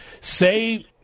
say